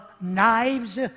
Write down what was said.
knives